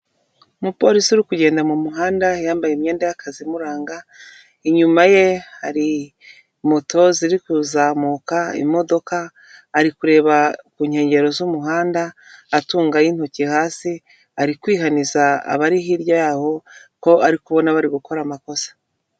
Umupolisi uri kugenda mu muhanda yambaye imyenda y'akazi imuranga inyuma ye hari moto ziri kuzamuka, imodoka ari kureba ku nkengero z'umuhanda atungayo intoki hasi ari kwihaniza abari hirya yaho ko ari kubona bari gukora amakosa.